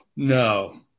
No